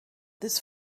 this